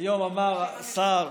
היום אמר שר,